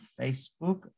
Facebook